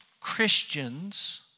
Christians